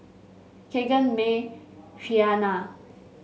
Kegan Mae Rhianna